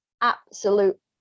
absolute